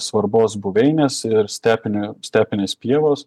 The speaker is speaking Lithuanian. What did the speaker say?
svarbos buveinės ir stepinių stepinės pievos